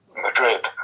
Madrid